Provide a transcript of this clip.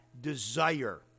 desire